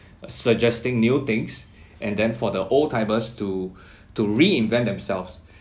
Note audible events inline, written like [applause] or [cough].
[breath] uh suggesting new things [breath] and then for the old-timers to [breath] to reinvent themselves